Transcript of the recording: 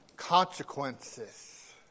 consequences